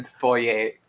foyer